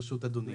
ברשות אדוני.